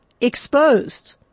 exposed